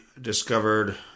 discovered